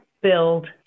build